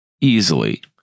Easily